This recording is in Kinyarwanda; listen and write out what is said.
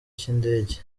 cy’indege